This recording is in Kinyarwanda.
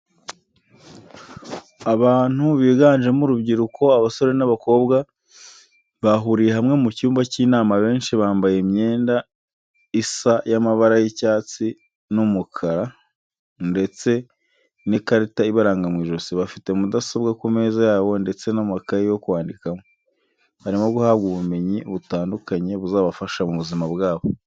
Abantu biganjemo urubyiruko abasore n'abakobwa bahuriye hamwe mu cyumba cy'inama abenshi bambaye imyenda isa y'amabara y'icyatsi n'umukara ndetse n'ikarita ibaranga mu ijosi, bafite mudasobwa ku meza yabo ndetse n'amakaye yo kwandikamo, barimo guhabwa ubumenyi butandukanye buzabafasha mu buzima bwabo.